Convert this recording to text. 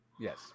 yes